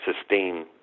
sustain